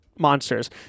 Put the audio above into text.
monsters